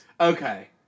Okay